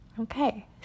Okay